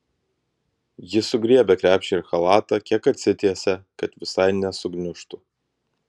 ji sugriebia krepšį ir chalatą kiek atsitiesia kad visai nesugniužtų